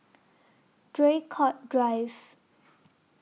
Draycott Drive